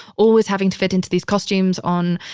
always having to fit into these costumes on,